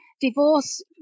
divorce